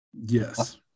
Yes